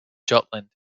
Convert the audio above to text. jutland